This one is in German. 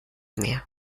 mir